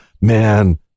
man